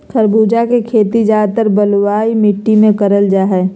खरबूजा के खेती ज्यादातर बलुआ मिट्टी मे करल जा हय